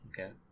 Okay